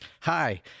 hi